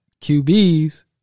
QBs